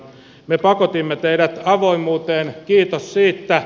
me pakotimme teidät avoimuuteen kiitos siitä